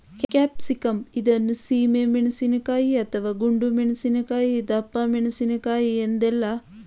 capsicum ಇದನ್ನು ಸೀಮೆ ಮೆಣಸಿನಕಾಯಿ, ಅಥವಾ ಗುಂಡು ಮೆಣಸಿನಕಾಯಿ, ದಪ್ಪಮೆಣಸಿನಕಾಯಿ ಎಂದೆಲ್ಲ ಕರಿತಾರೆ